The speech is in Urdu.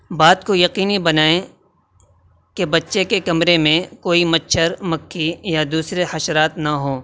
بات کو یقینی بنائیں کہ بچے کے کمرے میں کوئی مچھر مکھی یا دوسرے حشرات نہ ہوں